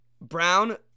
Brown